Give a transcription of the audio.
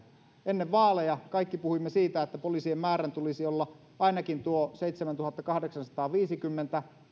ennen vaaleja kaikki puhuimme siitä että poliisien määrän tulisi olla ainakin seitsemäntuhattakahdeksansataaviisikymmentä